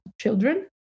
children